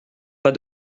pas